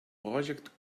project